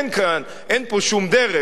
אין פה שום דרך.